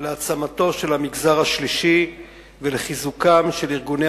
להעצמתו של המגזר השלישי ולחיזוקם של ארגוני